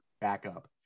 backup